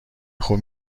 خوب